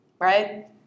right